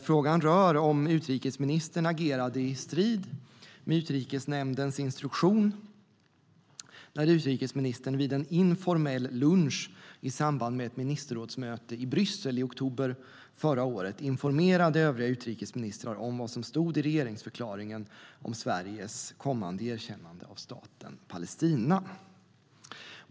Frågan gäller om utrikesministern agerade i strid med Utrikesnämndens instruktion när hon vid en informell lunch i samband med ett ministerrådsmöte i Bryssel i oktober förra året informerade övriga utrikesministrar om vad som stod i regeringsförklaringen om Sveriges kommande erkännande av Staten Palestina.